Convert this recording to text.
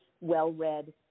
well-read